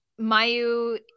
Mayu